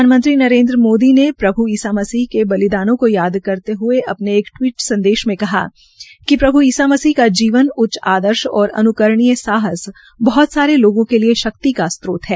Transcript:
प्रधानमंत्री नरेन्द्र मोदी ने प्रभ् ईसा मसीह के बलिदानों को याद करते हये एक टिवीट में कहा कि प्रभु ईसा मसीह का जीवन उच्च आदर्श और अन्करणीय साल बहत सारे लोगों के लिये शक्ति का स्त्रोत है